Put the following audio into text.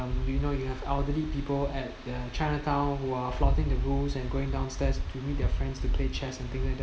um you know you have elderly people at the chinatown who are flouting the rules and going downstairs to meet their friends to play chess something like that